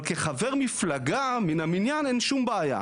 אבל כחבר מפלגה, מן המניין, אין שום בעיה.